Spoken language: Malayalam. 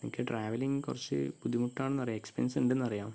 നിങ്ങൾ ക്ക ട്രാവലിംഗ് കുറച്ച് ബുദ്ധിമുട്ടാണെന്ന് അറിയാം എക്സ്പെന്സ് ഉണ്ടെന്ന് അറിയാം ആ